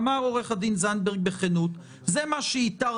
אמר עו"ד זנדברג בכנות שזה מה שהוא איתר